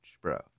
bro